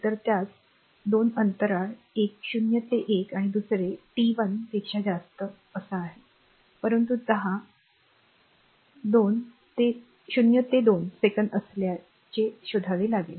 तर त्यास दोन अंतराल एक 0 ते 1 आणि दुसरे टी 1 पेक्षा मोठे आहे परंतु दहा 0 ते 2 सेकंद असल्याचे शोधावे लागेल